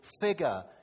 figure